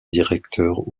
directeur